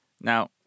Now